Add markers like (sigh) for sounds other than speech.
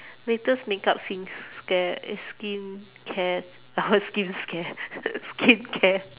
latest makeup skins scare eh skincare I heard skins scare (laughs) skincare